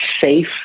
safe